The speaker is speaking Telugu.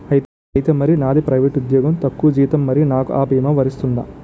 ఐతే మరి నాది ప్రైవేట్ ఉద్యోగం తక్కువ జీతం మరి నాకు అ భీమా వర్తిస్తుందా?